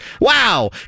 Wow